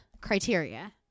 criteria